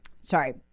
sorry